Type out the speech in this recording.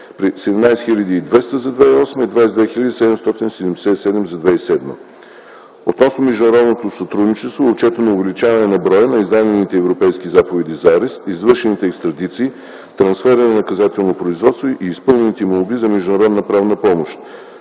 при 17 хил. 200 за 2008 г. и 22 хил. 777 за 2007 г. Относно международното сътрудничество е отчетено увеличение на броя на издадените Европейски заповеди за арест, извършените екстрадиции, трансфери на наказателно производство и изпълнените молби за международна правна помощ.